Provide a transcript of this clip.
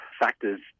factors